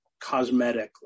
cosmetically